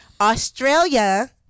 Australia